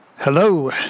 Hello